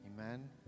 Amen